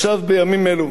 עכשיו בימים אלו.